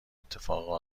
اتفاق